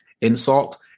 insult